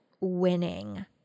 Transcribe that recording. winning